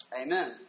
Amen